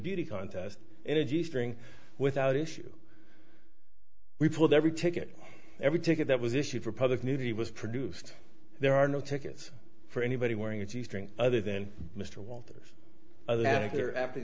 beauty contest energy string without issue we pulled every ticket every ticket that was issued for public nudity was produced there are no tickets for anybody wearing a g string other than mr walters